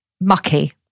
mucky